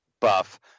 buff